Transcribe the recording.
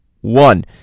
one